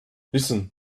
listen